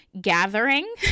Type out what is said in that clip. gathering